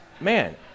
man